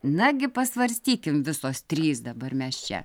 nagi pasvarstykim visos trys dabar mes čia